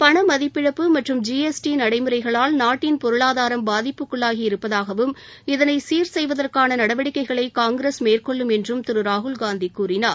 பணமதிப்பிழப்பு மற்றும் ஜிஎஸ்டி நடைமுறைகளால் நாட்டின் பொருளாதாரம் பாதிப்புக்குள்ளாகி இருப்பதாகவும் இதனை சீர் செய்வதற்கான நடவடிக்கைகளை காங்கிரஸ் மேற்கொள்ளும் என்றும் திரு ராகுல்காந்தி கூறினார்